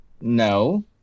No